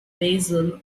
basil